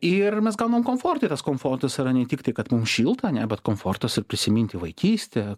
ir mes gaunam komfortą ir tas komfortas yra ne tiktai kad mum šilta ane bet komfortas ir prisiminti vaikystę